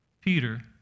Peter